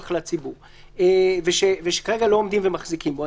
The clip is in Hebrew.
לציבור ושכרגע לא עומדים ומחזיקים בו.